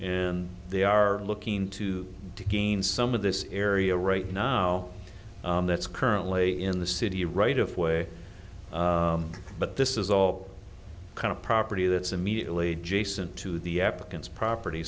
they are looking to gain some of this area right now that's currently in the city right of way but this is all kind of property that's immediately adjacent to the applicants property